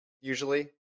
Usually